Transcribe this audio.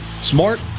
smart